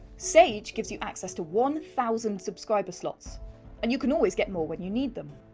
sage gives you access to one thousand subscriber slots and you can always get more when you need them!